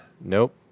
Nope